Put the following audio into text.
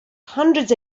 hundreds